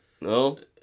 No